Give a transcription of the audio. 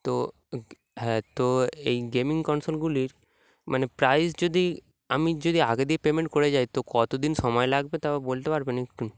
তো হ্যাঁ তো এই গেমিং কনসনগুলির মানে প্রাইস যদি আমি যদি আগে দিয়ে পেমেন্ট করে যাই তো কত দিন সময় লাগবে তবে বলতে পারবেন একটু